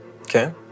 Okay